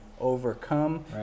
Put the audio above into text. overcome